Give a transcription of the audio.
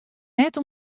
net